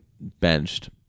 benched